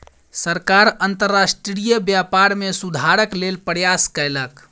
सरकार अंतर्राष्ट्रीय व्यापार में सुधारक लेल प्रयास कयलक